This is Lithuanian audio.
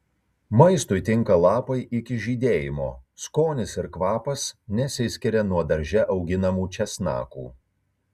maistui tinka lapai iki žydėjimo skonis ir kvapas nesiskiria nuo darže auginamų česnakų